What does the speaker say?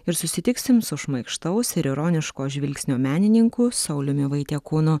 ir susitiksim su šmaikštaus ir ironiško žvilgsnio menininku sauliumi vaitiekūnu